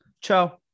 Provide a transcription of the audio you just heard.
Ciao